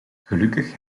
gelukkig